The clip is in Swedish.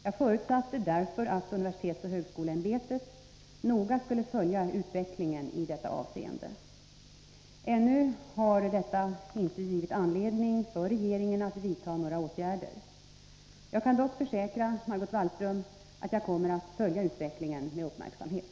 Jag förutsatte därför att universitetsoch högskoleämbetet noga skulle följa utvecklingen i detta avseende. Ännu har detta inte givit anledning för regeringen att vidta några åtgärder. Jag kan dock försäkra Margot Wallström att jag kommer att följa utvecklingen med uppmärksamhet.